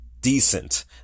decent